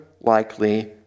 likely